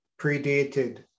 predated